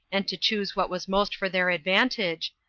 and to choose what was most for their advantage,